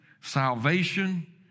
salvation